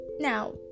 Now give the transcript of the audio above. Now